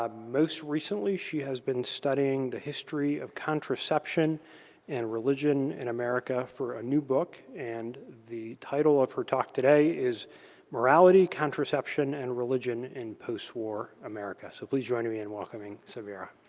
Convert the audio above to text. um most recently, she has been studying the history of contraception and religion in america for a new book. and the title of her talk today is morality, contraception, and religion in post war america. so please join me in welcoming samira.